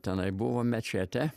tenai buvo mečetė